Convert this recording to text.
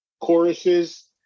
choruses